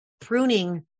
pruning